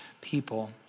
people